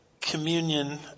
communion